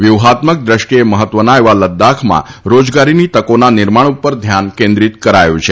વ્યુહાત્મક દ્રષ્ટિએ મહત્વના એવા લદ્દાખમાં રોજગારીની તકોના નિર્માણ ઉપર ધ્યાન કેન્દ્રીત કરાયું છે